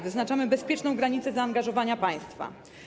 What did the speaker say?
Wyznaczamy bezpieczną granicę zaangażowania państwa.